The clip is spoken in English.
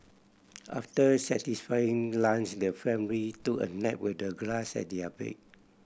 after satisfying lunch the family took a nap with the grass as their bed